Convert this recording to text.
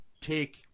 take